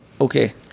Okay